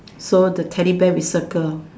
so the Teddy bear we circle